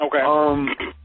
okay